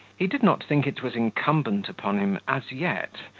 he did not think it was incumbent upon him, as yet,